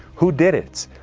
who did it?